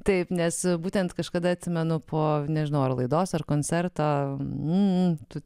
taip nes būtent kažkada atsimenu po nežinau ar laidos ar koncerto m m tu